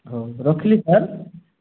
ହଉ ରଖିଲି ସାର୍